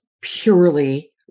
purely